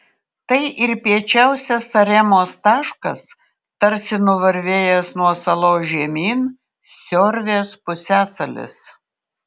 tai ir piečiausias saremos taškas tarsi nuvarvėjęs nuo salos žemyn siorvės pusiasalis